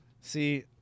See